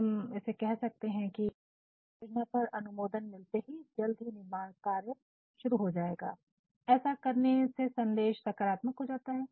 हम इसे कह सकते हैं कि ' इमारत की योजना पर अनुमोदन मिलते ही जल्द ही निर्माण का कार्य शुरू हो जाएगा' ऐसा करने से संदेश सकारात्मक हो जाता है